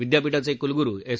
विद्यापीठाचे कुलगुरु एस